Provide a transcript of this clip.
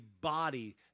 body